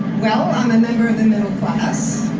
well, i'm a member of the middle class.